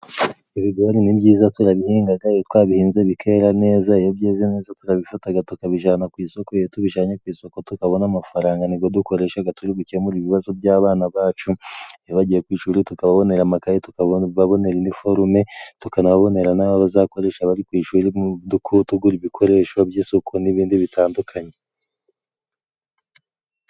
Ibigori ni byiza turabihingaga iyo twabihinze bikera neza. Iyo byeze neza turabifataga tukabijana ku isoko, iyo tubijanye ku isoko tukabonaga amafaranga. Ni go dukoreshaga turi gukemura ibibazo by'abana bacu. Iyo bagiye ku ishuri tukabonera amakaye, tukababonera iniforume, tukanabonera n'ayo bazakoresha bari ku ishuri , tugura ibikoresho by'isuku n'ibindi bitandukanye.